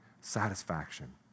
satisfaction